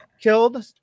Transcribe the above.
killed